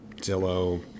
Zillow